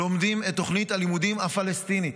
לומדים את תוכנית הלימודים הפלסטינית.